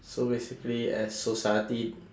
so basically as society